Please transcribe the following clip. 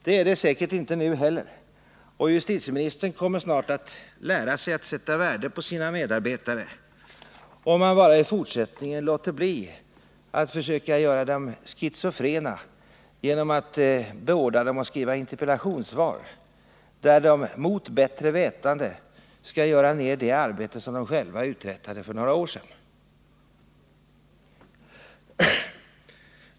Det är det säkert inte nu heller, och justitieministern kommer snart att lära sig att sätta värde på sina medarbetare, om han bara i fortsättningen låter bli att försöka göra dem schizofrena genom att beordra dem att skriva interpellationssvar, där de mot bättre vetande skall göra ned det arbete som de själva uträttade för några år sedan.